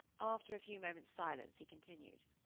after a few moments' silence he continued.